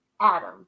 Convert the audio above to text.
Adam